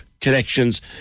connections